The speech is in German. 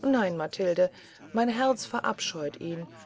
nein matilde mein herz verabscheut ihn